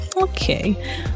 Okay